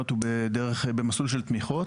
זה במסלול של תמיכות.